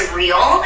real